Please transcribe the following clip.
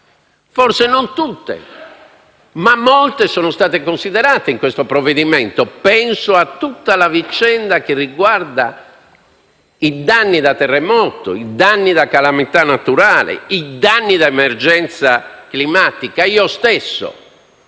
forse non tutte, ma molte sono state considerate in questo provvedimento. Penso a tutta la vicenda che riguarda i danni da terremoto, da calamità naturali, da emergenza climatica. Io stesso